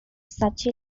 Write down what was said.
such